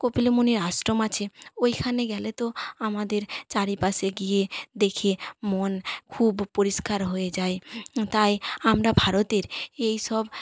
কপিলমুনির আশ্রম আছে ওইখানে গেলে তো আমাদের চারিপাশে গিয়ে দেখে মন খুব পরিষ্কার হয়ে যায় তাই আমরা ভারতের এই সব